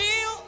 feel